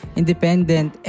independent